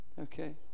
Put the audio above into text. Okay